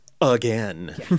again